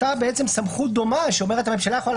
אותה סמכות דומה שאומרת: הממשלה יכולה